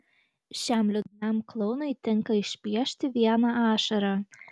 šiam liūdnam klounui tinka išpiešti vieną ašarą